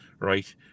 right